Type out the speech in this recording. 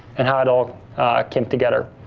an how it all came together.